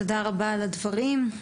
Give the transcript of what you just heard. תודה רבה על הדברים.